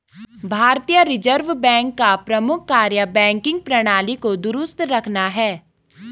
भारतीय reserve bank का प्रमुख कार्य बैंकिंग प्रणाली को दुरुस्त रखना है